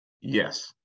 Yes